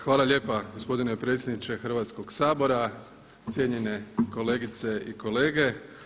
Hvala lijepa gospodine predsjedniče Hrvatskoga sabora, cijenjene kolegice i kolege.